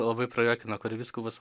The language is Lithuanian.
labai prajuokino kur vyskupas